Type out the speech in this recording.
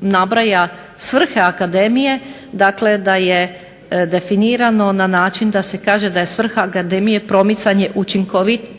nabraja svrhe akademije dakle da je definirano na način da se kaže da je svrha gardemije promicanje